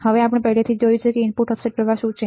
હવે આપણે પહેલેથી જ જોયું છે કે ઇનપુટ ઓફસેટ પ્રવાહ શું છે